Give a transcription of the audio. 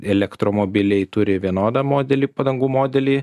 elektromobiliai turi vienodą modelį padangų modelį